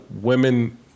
women